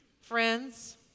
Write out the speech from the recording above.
Friends